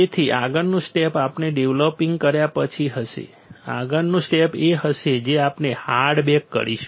તેથી આગળનું સ્ટેપ આપણે ડેવલોપીંગ કર્યા પછી હશે આગળનું સ્ટેપ એ હશે કે આપણે હાર્ડ બેક કરીશું